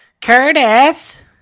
Curtis